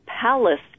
palace